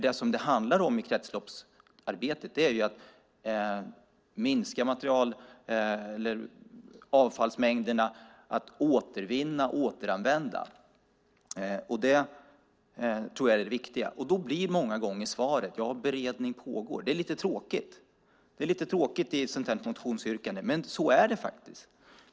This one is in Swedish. Det som det handlar om i kretsloppsarbetet är att minska avfallsmängderna, att återvinna och återanvända. Det tror jag är det viktiga. Då blir många gånger svaret att beredning pågår. Det är lite tråkigt i ett sådant här motionsyrkande, men så är det.